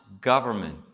government